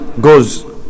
goes